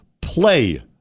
play